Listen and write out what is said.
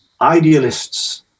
idealists